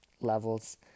levels